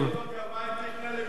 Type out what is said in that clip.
ארבעה זוגות גרביים תקנה לאשתך.